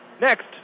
next